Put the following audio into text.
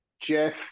Jeff